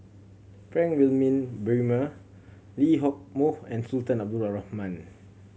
Frank Wilmin Brewer Lee Hock Moh and Sultan Abdul Rahman